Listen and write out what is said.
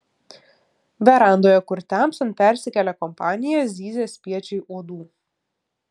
verandoje kur temstant persikėlė kompanija zyzė spiečiai uodų